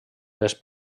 les